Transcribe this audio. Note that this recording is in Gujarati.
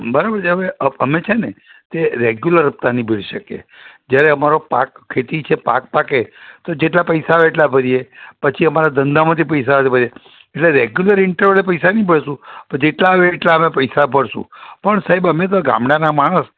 બરાબર છે હવે અમે છેને તે રેગ્યુલર હપ્તા નહીં ભરી શકીએ જ્યારે અમારો પાક ખેતી છે પાક પાકે તો જેટલા પૈસા આવે એટલાં ભરીએ પછી અમારા ધંધામાંથી પૈસા આવે તો ભરીએ એટલે રેગ્યુલર ઇન્ટરવલે પૈસા નહીં ભરશું પણ જેટલાં આવે એટલાં અમે પૈસા ભરશું પણ સાહેબ અમે તો ગામડાના માણસ